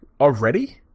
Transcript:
Already